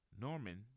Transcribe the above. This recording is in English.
Norman